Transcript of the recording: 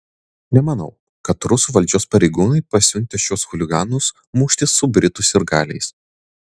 nemanau kad rusų valdžios pareigūnai pasiuntė šiuos chuliganus muštis su britų sirgaliais